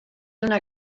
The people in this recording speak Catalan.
una